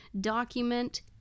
document